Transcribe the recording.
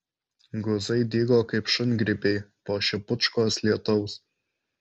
guzai dygo kaip šungrybiai po šipučkos lietaus